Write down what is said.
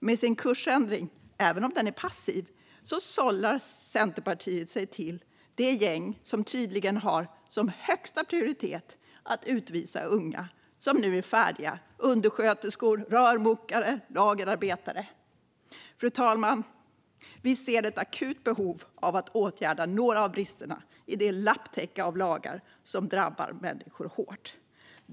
Med sin kursändring, även om den är passiv, sällar Centerpartiet sig till det gäng som tydligen har som högsta prioritet att utvisa unga som nu är färdiga undersköterskor, rörmokare och lagerarbetare. Fru talman! Vi ser ett akut behov av att åtgärda några av bristerna i det lapptäcke av lagar som drabbar människor hårt.